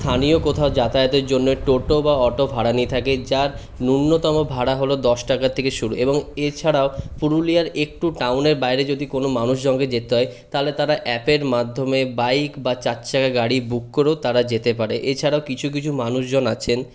স্থানীয় কোথাও যাতায়াতের জন্য টোটো বা অটো ভাড়া নিয়ে থাকেন যার ন্যূনতম ভাড়া হল দশ টাকা থেকে শুরু এবং এছাড়াও পুরুলিয়ার একটু টাউনের বাইরে যদি কোনো মানুষজনকে যেতে হয় তাহলে তারা অ্যাপের মাধ্যমে বাইক বা চার চাকা গাড়ি বুক করেও তারা যেতে পারে এছাড়াও কিছু কিছু মানুষজন আছেন